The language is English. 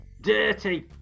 Dirty